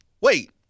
Wait